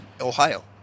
Ohio